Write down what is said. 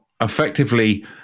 effectively